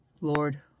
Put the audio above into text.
Lord